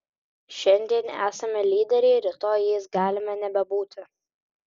šiandien esame lyderiai rytoj jais galime nebebūti